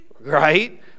Right